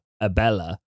Abella